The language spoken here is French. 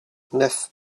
neuf